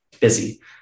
busy